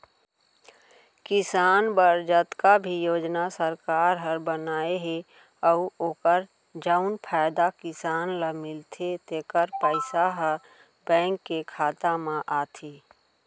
किसान बर जतका भी योजना सरकार ह बनाए हे अउ ओकर जउन फायदा किसान ल मिलथे तेकर पइसा ह बेंक के खाता म आथे